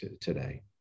today